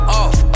off